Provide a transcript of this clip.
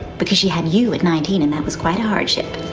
because she had you at nineteen and that was quite a hardship.